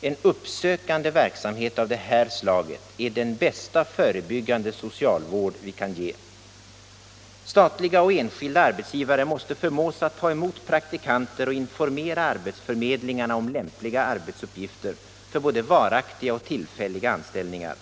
En uppsökande verksamhet av det här slaget är den bästa förebyggande socialvård vi kan ge. Statliga och enskilda arbetsgivare måste förmås att ta emot praktikanter och informera arbetsförmedlingarna om lämpliga arbetsuppgifter för både varaktiga och tillfälliga anställningar.